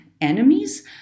enemies